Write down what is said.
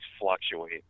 fluctuate